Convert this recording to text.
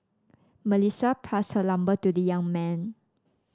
Melissa passed her number to the young man